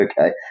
Okay